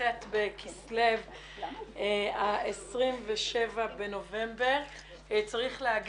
י"ט בכסלו התשע"ט, 27 בנובמבר 2018. צריך לומר